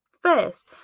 first